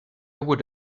would